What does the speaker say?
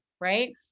right